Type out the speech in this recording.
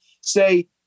say